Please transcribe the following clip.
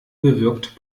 bewirkt